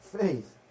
faith